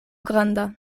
granda